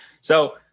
So-